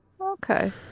Okay